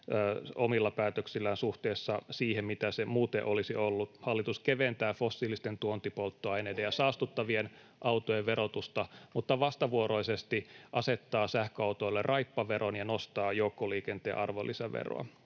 omilla päätöksillään suhteessa siihen, mitä se muuten olisi ollut. Hallitus keventää fossiilisten tuontipolttoaineiden ja saastuttavien autojen verotusta mutta vastavuoroisesti asettaa sähköautoille raippaveron ja nostaa joukkoliikenteen arvonlisäveroa.